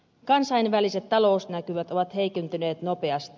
kansainväliset talousnäkymät ovat heikentyneet nopeasti